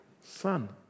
son